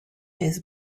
his